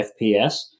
FPS